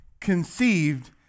conceived